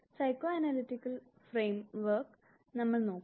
psychoanalytic framework നമ്മൾ നോക്കും